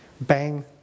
Bang